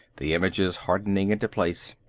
the images hardening into place.